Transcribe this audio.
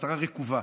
המשטרה רקובה,